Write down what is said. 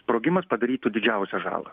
sprogimas padarytų didžiausią žalą